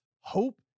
hope